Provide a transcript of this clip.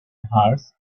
hers